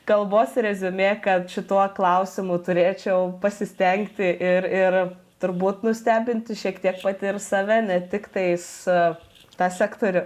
kalbos reziumė kad šituo klausimu turėčiau pasistengti ir ir turbūt nustebinti šiek tiek pati ir save ne tiktais tą sektorių